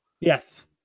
Yes